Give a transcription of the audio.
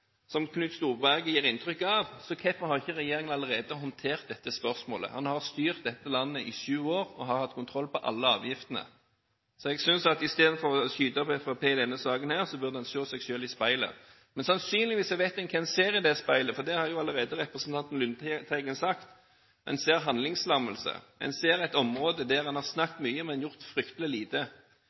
som Knut Storberget gir inntrykk av, hvorfor har ikke regjeringen allerede håndtert dette spørsmålet? Han har styrt dette landet i sju år og har hatt kontroll på alle avgiftene. Jeg synes at istedenfor å skyte på Fremskrittspartiet i denne saken her burde en se seg selv i speilet. Men sannsynligvis vet en hva en ser i det speilet, for det har allerede representanten Lundteigen sagt: En ser handlingslammelse, en ser et område der en har snakket mye, men gjort fryktelig lite.